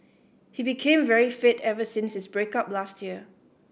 he became very fit ever since his break up last year